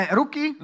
ruky